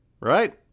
right